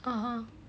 (uh huh)